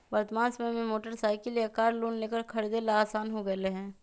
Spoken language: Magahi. वर्तमान समय में मोटर साईकिल या कार लोन लेकर खरीदे ला आसान हो गयले है